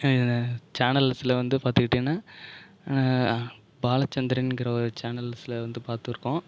சேனல்ஸில் வந்து பார்த்துக்கிட்டீங்கன்னா பாலச்சந்திரன்ங்கிற ஒரு சேனல்ஸில் வந்து பாத்திருக்கோம்